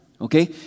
Okay